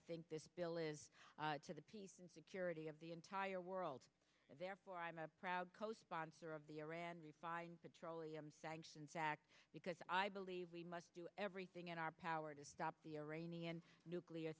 think this bill is to the peace and security of the entire world therefore i am a proud co sponsor of the iran refined petroleum sanctions act because i believe we must do everything in our power to stop the iranian nuclear